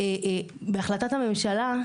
בהחלטת הממשלה,